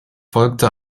folgte